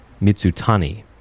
Mitsutani